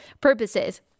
purposes